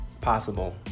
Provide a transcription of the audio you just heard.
possible